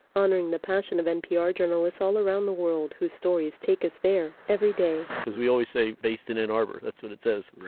honoring the passion of npr. journalists all around the world, whose stories take us there every day as we always say, based in ann arbo r that's what it says.